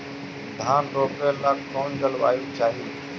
धान रोप ला कौन जलवायु चाही?